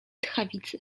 tchawicy